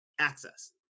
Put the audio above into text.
access